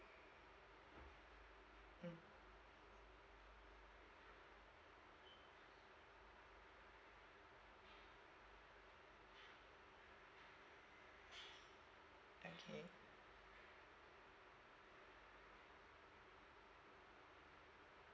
mm okay